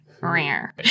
rare